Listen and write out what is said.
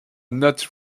not